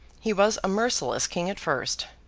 he was a merciless king at first.